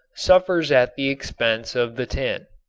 suffers at the expense of the tin.